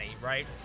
right